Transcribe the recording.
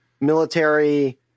military